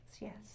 Yes